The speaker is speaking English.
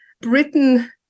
Britain